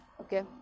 Okay